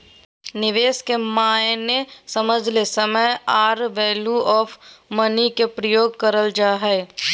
निवेश के मायने समझे ले समय आर वैल्यू ऑफ़ मनी के प्रयोग करल जा हय